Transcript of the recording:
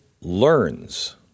learns